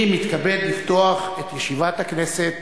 אני מתכבד לפתוח את ישיבת הכנסת.